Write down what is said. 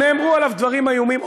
נאמרו עליו דברים איומים,